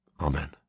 Amen